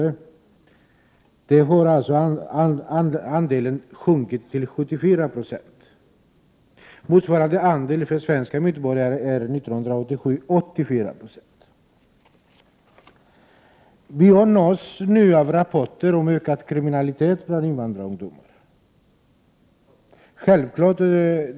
Sedan dess har andelen förvärvsarbetande sjunkit till 74 20. Motsvarande andel för svenska medborgare var 1987 84 9Io. Vi nås nu av rapporter om ökad kriminalitet bland invandrarungdomar.